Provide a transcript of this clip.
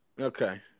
Okay